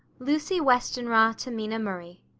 lucy westenra to mina murray.